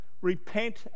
Repent